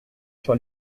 sur